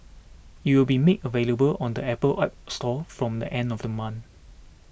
it will be made available on the Apple App Store from the end of the month